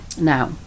now